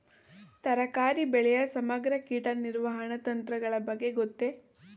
ತರಕಾರಿ ಬೆಳೆಯ ಸಮಗ್ರ ಕೀಟ ನಿರ್ವಹಣಾ ತಂತ್ರಗಳ ಬಗ್ಗೆ ಗೊತ್ತೇ?